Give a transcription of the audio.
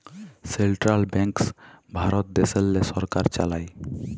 central banks Bharat দ্যাশেল্লে সরকার চালায়